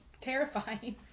terrifying